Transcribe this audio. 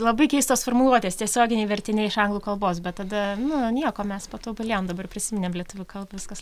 labai keistos formuluotės tiesioginiai vertiniai iš anglų kalbos bet tada nu nieko mes patobulėjom dabar prisiminėm lietuvių kalbą viskas